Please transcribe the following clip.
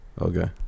Okay